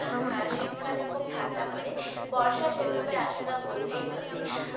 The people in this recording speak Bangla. শীতকালে খুব ঠান্ডা পড়ে বর্ষা সেভাবে আসে না বললেই চলে